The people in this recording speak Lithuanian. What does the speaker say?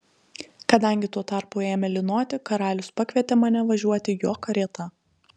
kadangi tuo tarpu ėmė lynoti karalius pakvietė mane važiuoti jo karieta